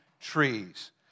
trees